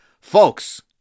Folks